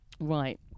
Right